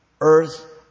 earth